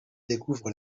découvre